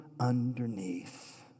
underneath